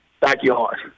backyard